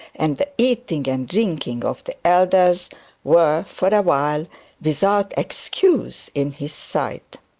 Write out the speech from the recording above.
and the eating and drinking of the elders were, for awhile, without excuse in his sight.